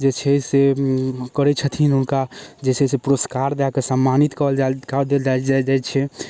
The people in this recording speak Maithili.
जे छै से करै छथिन हुनका जे छै से पुरस्कार दऽ कऽ सम्मानित करल कऽ देल जाइ जाइ छनि